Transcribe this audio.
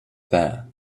there